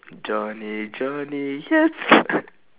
johnny johnny yes